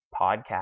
podcast